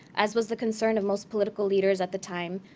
as was the concern of most political leaders at the time,